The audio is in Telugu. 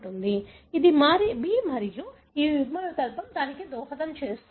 ఇది B మరియు ఈ యుగ్మవికల్పం దానికి దోహదం చేస్తుంది